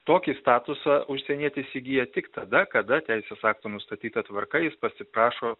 tokį statusą užsienietis įgyja tik tada kada teisės aktų nustatyta tvarka jis pasiprašo